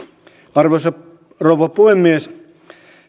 arvoisa rouva puhemies